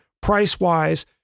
price-wise